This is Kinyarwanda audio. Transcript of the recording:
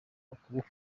akaboko